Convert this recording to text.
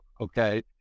okay